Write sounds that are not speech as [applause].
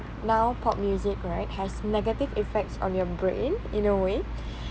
now pop music right has negative effects on your brain in a way [breath]